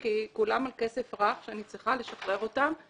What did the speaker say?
כל כולם על כסף ואני צריכה לשחרר אותם.